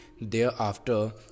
Thereafter